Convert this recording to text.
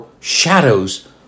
shadows